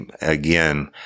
again